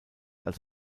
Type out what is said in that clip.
als